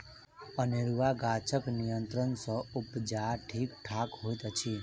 अनेरूआ गाछक नियंत्रण सँ उपजा ठीक ठाक होइत अछि